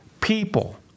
People